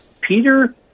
Peter